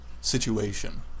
situation